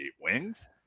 wings